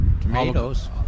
tomatoes